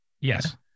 Yes